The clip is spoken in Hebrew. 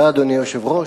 אדוני היושב-ראש,